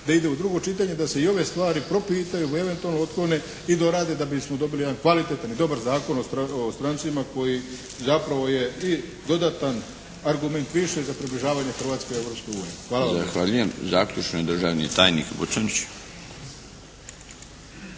da ide u drugo čitanje da se i ove stvari propitaju i eventualno otklone i dorade da bismo dobili jedan kvalitetan i dobar Zakon o strancima koji zapravo je i dodatan argument više za približavanje Hrvatske Europskoj uniji. **Milinović, Darko (HDZ)** Zahvaljujem. Zaključno državni tajnik Buconjić.